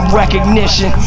recognition